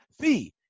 fee